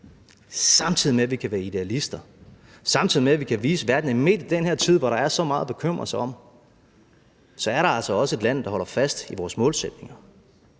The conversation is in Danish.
Samtidig med det kan vi være idealister, samtidig med det kan vi vise verden, at midt i den her tid, hvor der er så meget at bekymre sig om, er der altså også et land, der holder fast i sine målsætninger.